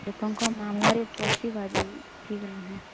ଲୋକଙ୍କ ମାନରେ ପଶିବା ବି ଠିକ ନୁହେଁ